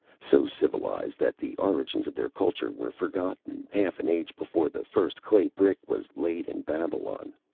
so civilized that the origins of their culture were forgotten half an age before the first clay brick was laid in babylon.